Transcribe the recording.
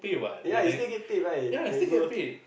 ya you still get paid right ya you go